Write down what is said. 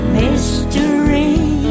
mystery